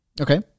Okay